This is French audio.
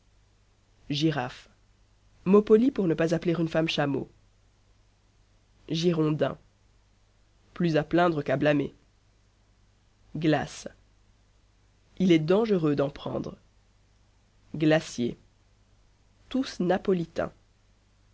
girafe mot poli pour ne pas appeler une femme chameau girondins plus à plaindre qu'à blâmer glaces il est dangereux d'en prendre glaciers tous napolitains